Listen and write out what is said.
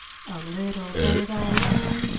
a little bird i am,